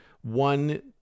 one